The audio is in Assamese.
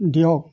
দিয়ক